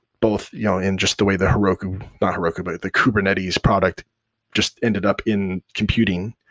both you know in just the way the heroku not heroku, but the kubernetes product just ended up in computing,